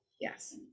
yes